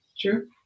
True